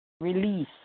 release